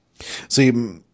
see